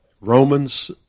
Romans